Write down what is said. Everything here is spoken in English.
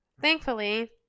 Thankfully